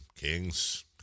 Kings